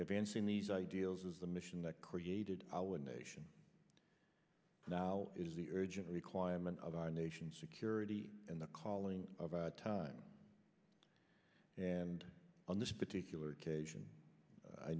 answering these ideals is the mission that created our nation now is the urgent requirement of our nation's security and the calling of our time and on this particular occasion i